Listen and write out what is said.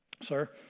sir